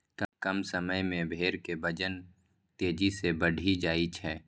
कम समय मे भेड़ के वजन तेजी सं बढ़ि जाइ छै